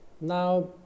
Now